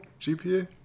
GPA